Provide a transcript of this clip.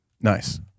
nice